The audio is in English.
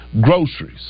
Groceries